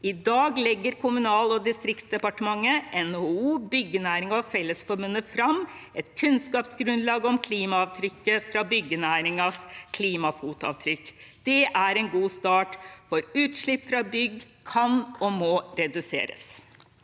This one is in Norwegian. I dag legger Kommunal- og distriktsdepartementet, NHO, Byggenæringen og Fellesforbundet fram et kunnskapsgrunnlag om klimaavtrykket fra byggenæringens klimafotavtrykk. Det er en god start, for utslipp fra bygg kan og må reduseres.